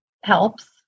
helps